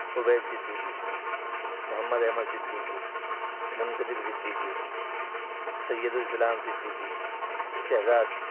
عبید صدیقی محمد احمد صدیقی منکذب صدیقی سیدالاسلام صدیقی شہزاد